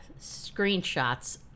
screenshots